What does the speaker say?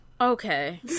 Okay